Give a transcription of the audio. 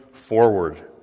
forward